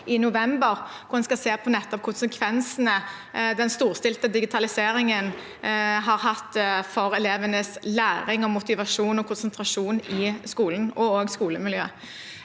i november, hvor en skal se på nettopp konsekvensene den storstilte digitaliseringen har hatt for elevenes læring, motivasjon og konsentrasjon i skolen og også skolemiljøet.